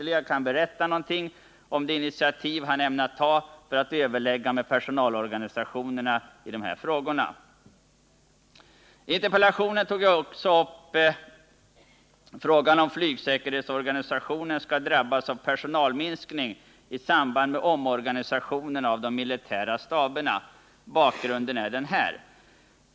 I interpellationen tog jag också upp frågan om flygsäkerhetsorganisationen skall drabbas av personalminskning i samband med omorganisationen av de militära staberna. Bakgrunden är följande.